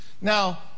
Now